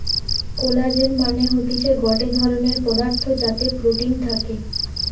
collagen মানে হতিছে গটে ধরণের পদার্থ যাতে প্রোটিন থাকে